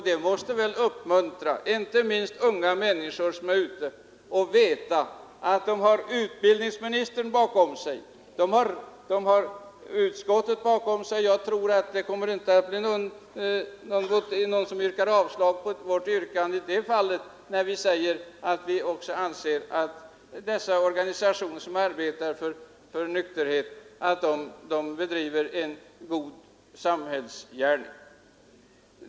Det måste väl uppmuntra inte minst unga människor som är med i rörelserna att veta att de har utbildningsministern och utskottet bakom sig samt att utskottet tillstyrker ett ökat anslag och anser att de organisationer som arbetar för 119 nykterhet utför en god samhällsgärning.